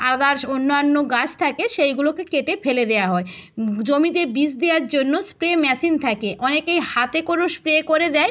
others অন্যান্য গাছ থাকে সেইগুলোকে কেটে ফেলে দেওয়া হয় জমিতে বিষ দেওয়ার জন্য স্প্রে মেশিন থাকে অনেকেই হাতে করেও স্প্রে করে দেয়